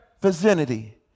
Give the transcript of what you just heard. vicinity